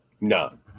No